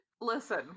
Listen